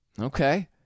Okay